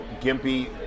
Gimpy